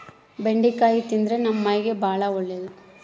ಬೆಂಡಿಕಾಯಿ ತಿಂದ್ರ ನಮ್ಮ ಮೈಗೆ ಬಾಳ ಒಳ್ಳೆದು